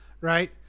right